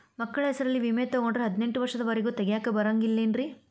ಮಕ್ಕಳ ಹೆಸರಲ್ಲಿ ವಿಮೆ ತೊಗೊಂಡ್ರ ಹದಿನೆಂಟು ವರ್ಷದ ಒರೆಗೂ ತೆಗಿಯಾಕ ಬರಂಗಿಲ್ಲೇನ್ರಿ?